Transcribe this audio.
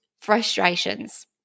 frustrations